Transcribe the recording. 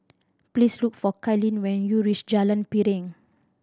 please look for Kaylin when you reach Jalan Piring